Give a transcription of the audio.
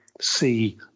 see